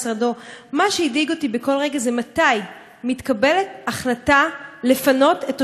מה שהדאיג אותי בכל רגע זה מתי מתקבלת החלטה לפנות את תושבי המפרץ,